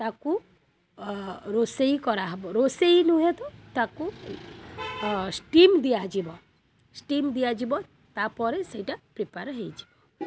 ତାକୁ ରୋଷେଇ କରାହେବ ରୋଷେଇ ନୁହେଁ ତ ତାକୁ ଷ୍ଟିମ୍ ଦିଆଯିବ ଷ୍ଟିମ୍ ଦିଆଯିବ ତା'ପରେ ସେଇଟା ପ୍ରିପ୍ୟାର୍ ହୋଇଯିବ